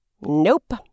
Nope